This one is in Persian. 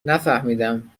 نفهمیدم